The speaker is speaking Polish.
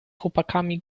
chłopakami